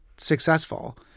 successful